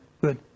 good